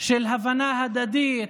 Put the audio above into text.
של הבנה הדדית,